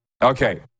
Okay